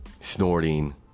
Snorting